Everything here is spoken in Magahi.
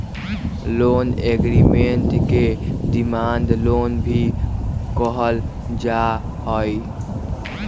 लोन एग्रीमेंट के डिमांड लोन भी कहल जा हई